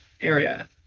area